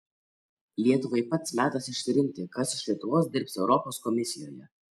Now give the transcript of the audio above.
lietuvai pats metas išsirinkti kas iš lietuvos dirbs europos komisijoje